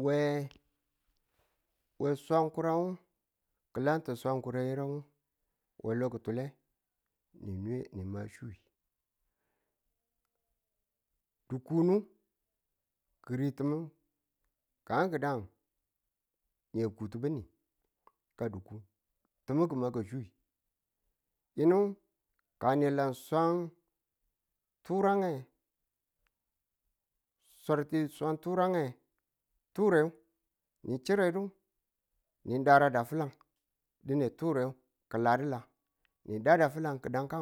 we swang kurangu ki̱lanti swang kuren ni nwe loki̱tule ni nwe ni ma swi dukunu ki̱ritimi kanki̱dang na kutubi̱ni ka dukun. Ti̱mi ki̱maka swi yinu ka a le swan turange swar ti swar turangeni chiredu ni daridu a fi̱lang di ne ture ki̱ladila ni dada filang gi̱dan ka.